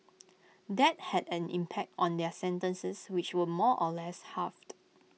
that had an impact on their sentences which were more or less halved